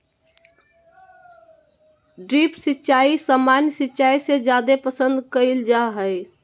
drip सिंचाई सामान्य सिंचाई से जादे पसंद कईल जा हई